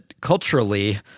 culturally